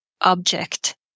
object